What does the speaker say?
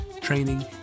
training